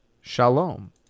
Shalom